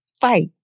fight